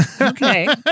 Okay